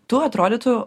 tų atrodytų